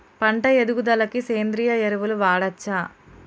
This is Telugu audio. పంట ఎదుగుదలకి సేంద్రీయ ఎరువులు వాడచ్చా?